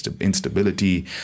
instability